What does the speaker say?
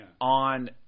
on